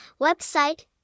website